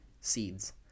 seeds